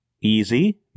easy